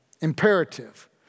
Imperative